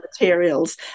materials